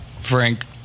Frank